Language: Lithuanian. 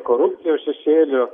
korupcijos šešėliu